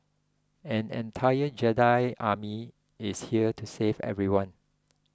an entire Jedi Army is here to save everyone